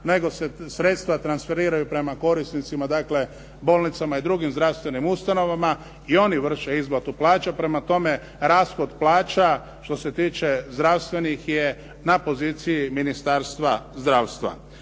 nego se sredstva transferiraju prema korisnicima, dakle bolnicama i drugim zdravstvenim ustanovama i oni vrše isplatu plaća. Prema tome, rashod plaća što se tiče zdravstvenih je na poziciji Ministarstva zdravstva.